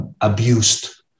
abused